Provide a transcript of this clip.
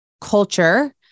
culture